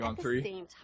three